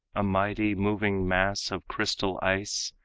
a mighty moving mass of crystal ice,